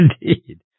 Indeed